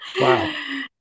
wow